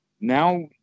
now